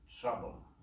trouble